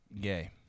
Gay